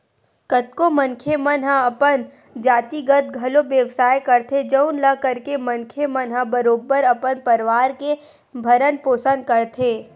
कतको मनखे मन हा अपन जातिगत घलो बेवसाय करथे जउन ल करके मनखे मन ह बरोबर अपन परवार के भरन पोसन करथे